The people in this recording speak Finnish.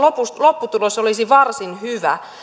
lopputulos olisi varsin hyvä